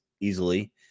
easily